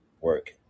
work